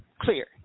Clear